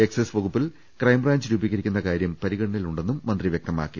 excise വകു പ്പിൽ crime branch രൂപീകരിക്കുന്ന കാര്യം പരിഗണനയിൽ ഉണ്ടെന്നും മന്ത്രി വ്യക്തമാക്കി